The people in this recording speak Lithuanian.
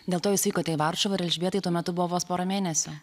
dėl to jūs vykote į varšuvą ir elžbietai tuo metu buvo vos pora mėnesių